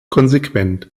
konsequent